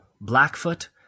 Blackfoot